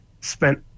spent